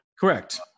correct